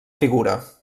figura